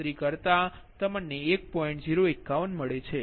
051 મળે છે